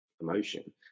emotion